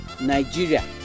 Nigeria